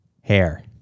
hair